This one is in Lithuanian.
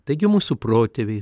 taigi mūsų protėviai